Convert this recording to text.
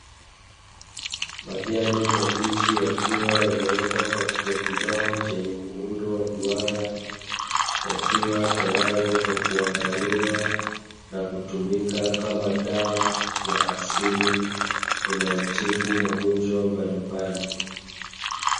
Majani mabichi yakiwa yamewekwa katika kibao chenye muundo wa duara, yakiwa tayari kwa kuandaliwa na kutumika kama dawa ya asili inayotibu magonjwa mbalimbali.